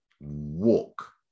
walk